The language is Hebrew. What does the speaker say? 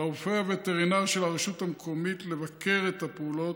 על הרופא הווטרינר של הרשות המקומית לבקר את הפעולות.